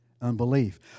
unbelief